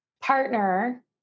partner